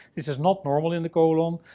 this is not normal in the colon.